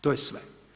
To je sve.